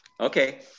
Okay